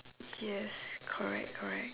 yes correct correct